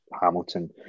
hamilton